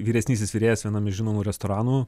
vyresnysis virėjas vienam iš žinomų restoranų